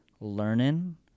learning